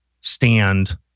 stand